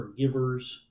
forgivers